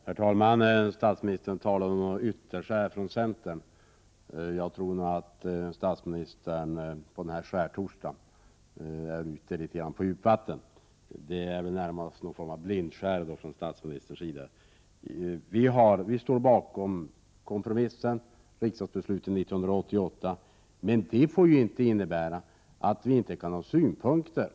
Herr talman! Statsministern talade om ytterskär från centerns sida. Jag tror att statsministern denna skärtorsdag är ute på djupt vatten. Det är väl närmast ett blindskär det gäller. Vi står bakom kompromissen, dvs. riksdagsbeslutet 1988. Men det får inte innebära att vi inte kan ha synpunkter.